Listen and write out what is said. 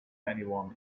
anyone